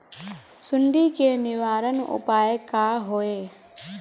सुंडी के निवारण उपाय का होए?